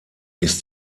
ist